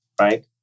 right